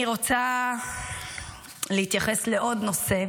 אני רוצה להתייחס לעוד נושא,